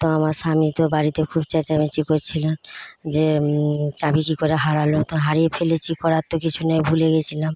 তা আমার স্বামী তো বাড়িতে খুব চেঁচামেচি করছিল যে চাবি কি করে হারালো তো হারিয়ে ফেলেছি করার তো কিছু নেই ভুলে গেছিলাম